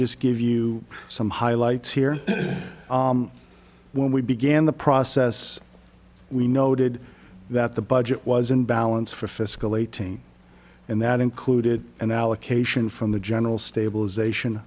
just give you some highlights here when we began the process we noted that the budget was in balance for fiscal eighteen and that included an allocation from the general stabilization